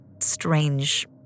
strange